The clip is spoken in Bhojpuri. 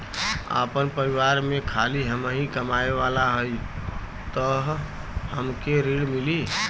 आपन परिवार में खाली हमहीं कमाये वाला हई तह हमके ऋण मिली?